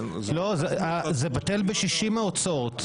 זה בטל בשישים ההוצאות מול ההכנסות.